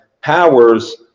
powers